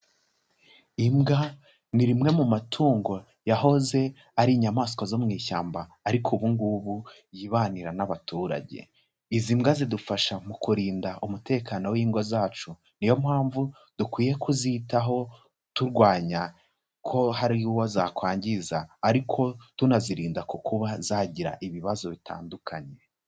Imbwa ni rimwe mu matungo yahoze ari inyamaswa zo mu ishyamba ariko ubu ngubu yibanira n'abaturage, izi mbwa zidufasha mu kurinda umutekano w'ingo zacu niyo mpamvu dukwiye kuzitaho turwanya ko hari uwo zakwangiza ariko tunazirinda ku kubaba zagira ibibazo bitandukanye.